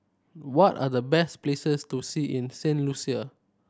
what are the best places to see in Saint Lucia